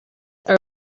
are